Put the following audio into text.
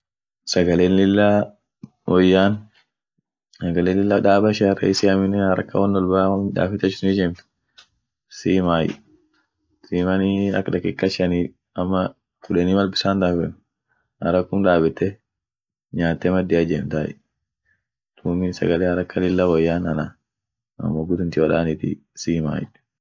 Sagale lilla woyan, sagale lilla daaba ishian rahisia aminen haraka won wolba won midafet ishin ijemt simay, simanii ak dakika shani ama kudeni mal bissan damfen, harakum daabete nyaate madia ijemtay, duumi sagale haraka lilla woyan ana an mogu tinti wodaaniti simay.